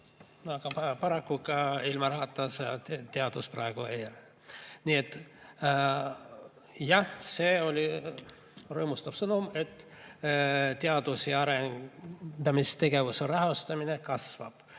Aga paraku ilma rahata teadust praegu ei tee. Nii et jah, see oli rõõmustav sõnum, et teadus- ja arendustegevuse rahastamine kasvab.